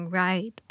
right